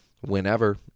whenever